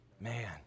Man